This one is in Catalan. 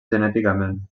genèticament